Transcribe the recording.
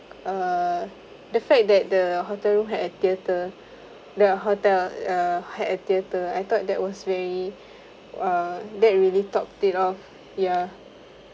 err the fact that the hotel room had a theatre the hotel uh had a theatre I thought that was really uh that really top it off ya